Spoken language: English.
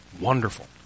wonderful